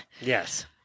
Yes